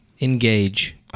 Engage